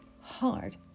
hard